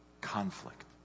Conflict